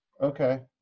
Okay